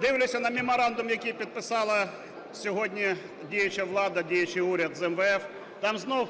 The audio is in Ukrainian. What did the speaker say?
Дивлюся на Меморандум, який підписала сьогодні діюча влада, діючий уряд з МВФ, там знову